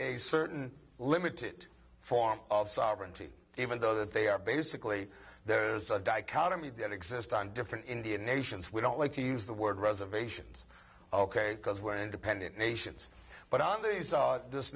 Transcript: a certain limited form of sovereignty even though they are basically there's a dichotomy that exist on different indian nations we don't like to use the word reservations ok because we're independent nations but